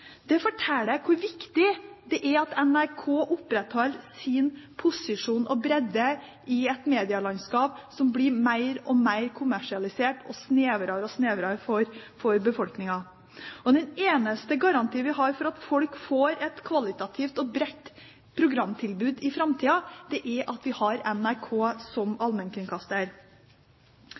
Det forteller hvor viktig det er at NRK opprettholder sin posisjon og bredde i et medielandskap som blir mer og mer kommersialisert og snevrere og snevrere for befolkningen. Den eneste garantien vi har for at folk får et kvalitativt godt og bredt programtilbud i framtida, er at vi har NRK som allmennkringkaster.